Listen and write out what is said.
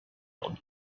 old